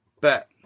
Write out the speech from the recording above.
bet